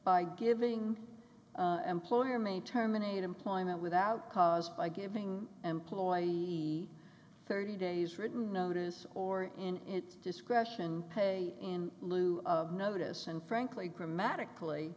by giving employer may terminate employment without cause by giving employee thirty days written notice or in its discretion pay in lieu of notice and frankly grammatically